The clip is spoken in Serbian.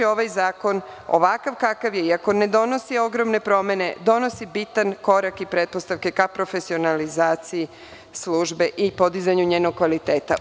Ovaj zakon, ovakav kakav je, iako ne donosi ogromne promene, donosi bitan korak i pretpostavke ka profesionalizaciji službe i podizanju njenog kvaliteta.